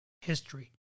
history